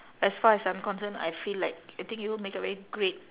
as far as I'm concerned I feel like I think you'll make a very great